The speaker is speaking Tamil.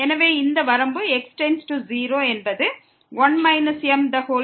எனவே இந்த வரம்பு x→0 என்பது 1 m21m2ஆகும்